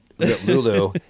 Lulu